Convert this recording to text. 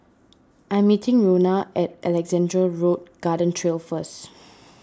I'm meeting Rhona at Alexandra Road Garden Trail first